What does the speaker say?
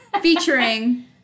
featuring